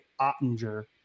Ottinger